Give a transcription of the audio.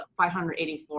584